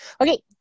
okay